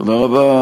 תודה רבה.